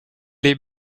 les